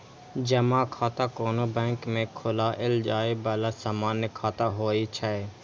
जमा खाता कोनो बैंक मे खोलाएल जाए बला सामान्य खाता होइ छै